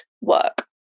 work